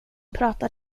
pratar